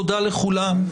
תודה לכולם.